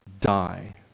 die